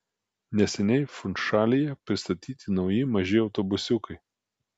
neseniai funšalyje pristatyti nauji maži autobusiukai